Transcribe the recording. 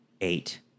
Eight